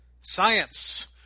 Science